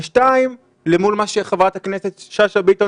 (2) למול מה שחברת הכנסת שאשא ביטון